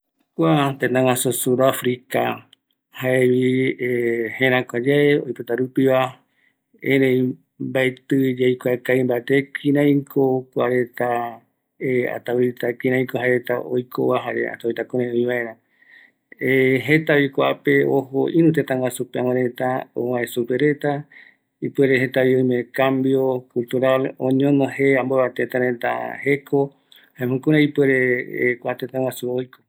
Kua sud africa tëtä jaenunga vi, jëräküajëta rupi kua Tëtä, ëreï mbaetï yaikuakavimbate, oïme ko aipo jaereta guiraja jeta ïruva teko tëtämbuaigua, kua tëtä pe oïpotarupigui ojo jokoropi jaema kuako aipo omboyoav jeko retra